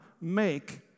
make